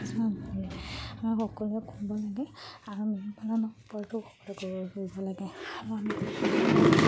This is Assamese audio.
সকলোৱে খুৱাব লাগে আৰু সকলোৱে কৰিব লাগে